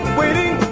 waiting